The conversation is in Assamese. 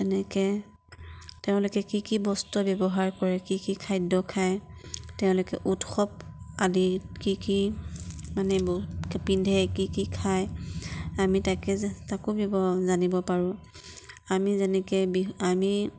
তেনেকৈ তেওঁলোকে কি কি বস্ত্ৰ ব্যৱহাৰ কৰে কি কি খাদ্য খায় তেওঁলোকে উৎসৱ আদিত কি কি পিন্ধে কি কি খায় আমি তাকে তাকো ব জানিব পাৰোঁ আমি যেনেকৈ বিহ আমি